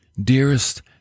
dearest